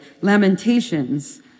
lamentations